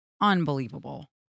unbelievable